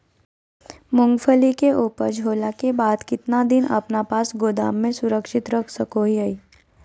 मूंगफली के ऊपज होला के बाद कितना दिन अपना पास गोदाम में सुरक्षित रख सको हीयय?